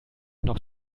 noch